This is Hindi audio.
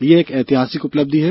यह एक ऐतिहासिक उपलब्धि है